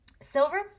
Silver